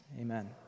amen